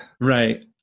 right